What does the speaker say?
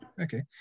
okay